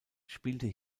spielte